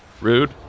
Rude